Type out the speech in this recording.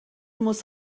muss